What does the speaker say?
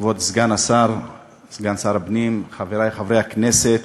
כבוד סגן שר הפנים, חברי חברי הכנסת,